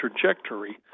trajectory